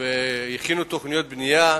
והכינו תוכניות בנייה,